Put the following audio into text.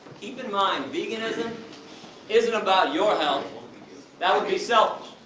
keep in mind, veganism isn't about your health that will be selfish.